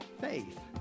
Faith